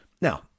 Now